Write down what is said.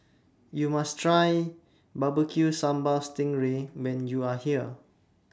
YOU must Try Barbecued Sambal Sting Ray when YOU Are here